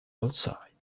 outside